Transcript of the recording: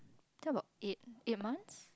I think about eight eight months